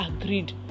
agreed